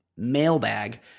mailbag